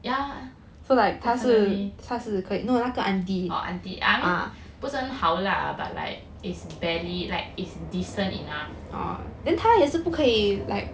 ya definitely oh aunty ah I mean 不是很好 lah but it's barely like is decent enough